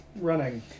running